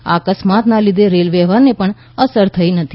આ અકસ્માતના લીધે રેલવ્યવહારને પણ અસર થઈ નથી